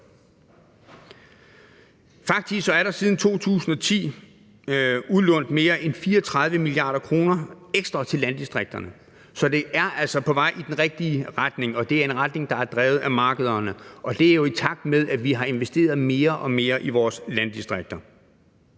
Faktisk er der siden 2010 udlånt mere end 34 mia. kr. ekstra til landdistrikterne, så det er altså på vej i den rigtige retning, og det er en retning, der er drevet af markederne, og det er jo i takt med, at vi har investeret mere og mere i vores landdistrikter.